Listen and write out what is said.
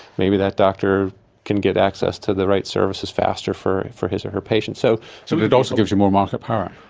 maybe that doctor can get access to the right services faster for for his or her patient. so so. but it also gives you more market power.